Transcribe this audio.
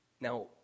Now